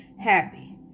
happy